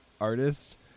artist